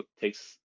takes